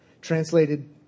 Translated